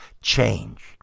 change